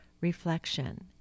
Reflection